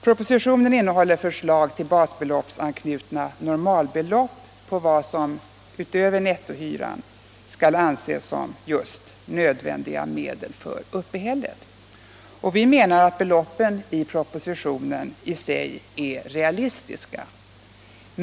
Propositionen innehåller förslag till basbeloppsanknutna normalbelopp på vad som utöver nettohyran skall anses som nödvändiga medel för uppehället. Vi anser att de föreslagna beloppen i sig är realistiska.